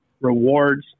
rewards